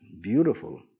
Beautiful